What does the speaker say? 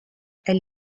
elle